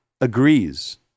agrees